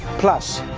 plus.